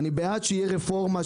אני בעד שתהיה רפורמה,